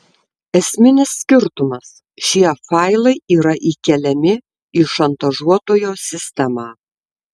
esminis skirtumas šie failai yra įkeliami į šantažuotojo sistemą